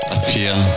Appear